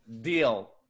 deal